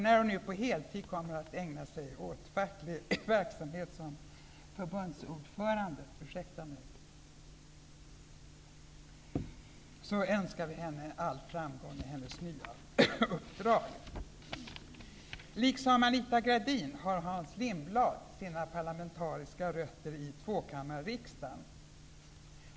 När hon nu på heltid kommer att ägna sig åt facklig verksamhet som förbundsordförande önskar vi henne all framgång i hennes nya uppdrag. Liksom Anita Gradin har Hans Lindblad sina parlamentariska rötter i tvåkammarriksdagen.